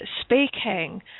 speaking